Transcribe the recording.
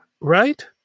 Right